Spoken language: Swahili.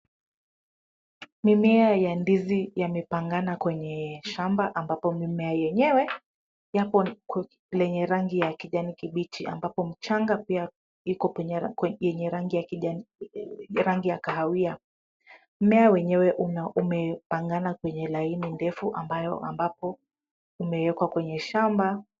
Mimea ya ndizi yamepangana kwenye shamba ambapo mimea yenyewe yapo kwenye rangi ya kijani kibichi ambapo mchanga pia iko kwenye yenye rangi ya kijani. Rangi ya kahawia. Mmea wenyewe una umepangana kwenye laini ndefu ambayo ambapo imewekwa kwenye shamba.